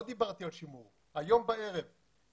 שהיכולת להוציא גז היום גדולה מהביקוש לגז במדינת ישראל,